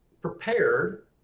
prepared